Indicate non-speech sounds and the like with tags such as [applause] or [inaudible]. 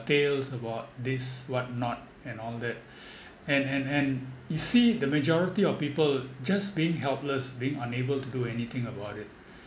tales about this what not and all that [breath] and and and you see the majority of people just being helpless being unable to do anything about it